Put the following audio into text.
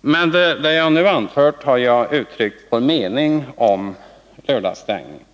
Med det jag nu anfört har jag uttryckt vår mening om lördagsstängningen.